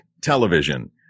television